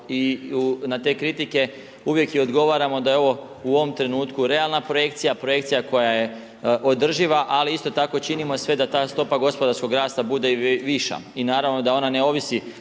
i na te kritike uvijek i odgovaramo da je ovo u ovom trenutku realna projekcija, projekcija koja je održiva ali isto tako činimo sve da ta stopa gospodarskog rasta bude i viša. I naravno da ona ne ovisi